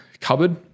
cupboard